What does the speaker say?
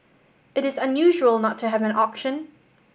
it is unusual not to have an auction